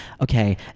okay